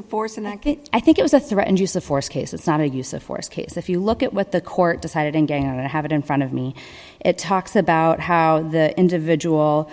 of force and i think it was a threat and use of force case it's not a use of force case if you look at what the court decided again and have it in front of me it talks about how the individual